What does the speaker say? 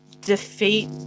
defeat